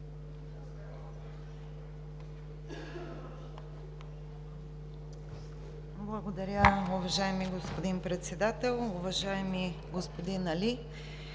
Благодаря, уважаеми господин Председател. Уважаеми господин Али,